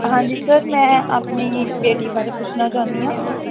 ਹਾਂਜੀ ਸਰ ਮੈਂ ਆਪਣੀ ਬੇਟੀ ਬਾਰੇ ਪੁੱਛਣਾ ਚਾਹੁੰਦੀ ਹਾਂ